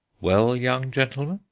well, young gentlemen,